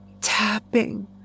tapping